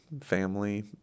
family